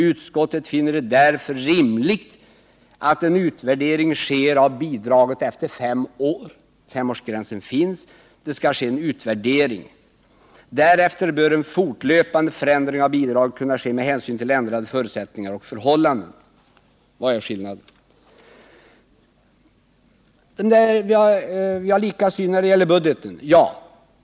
Utskottet finner det därför rimligt att en utvärdering sker av bidraget efter fem år.” — Femårsgränsen finns, och det skall ske en utvärdering. - ”Därefter bör en fortlöpande förändring av bidraget kunna ske med hänsyn till ändrade förutsättningar och förhållanden.” Vad är skillnaden? Ja, vi har lika syn när det gäller budgeten.